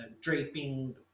draping